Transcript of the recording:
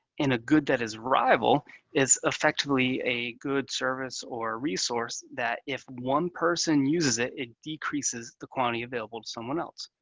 a good that is rival is effectively a good, service, or resource that if one person uses it, it decreases the quantity available to someone else.